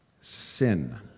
Sin